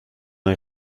les